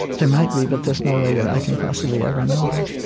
there might be, but there's no way that i can possibly ever know that.